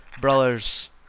brothers